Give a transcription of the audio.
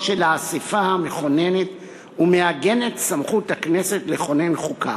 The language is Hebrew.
של האספה המכוננת ומעגנת סמכות הכנסת לכונן חוקה.